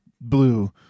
blue